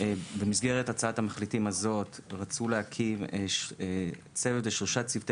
במסגרת הצעת המחליטים רצו להקים שלושה צוותי